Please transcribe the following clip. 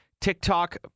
TikTok